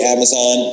Amazon